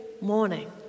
morning